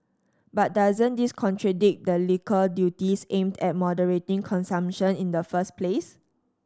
but doesn't this contradict the liquor duties aimed at moderating consumption in the first place